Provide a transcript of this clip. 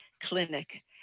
Clinic